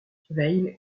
weill